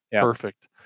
perfect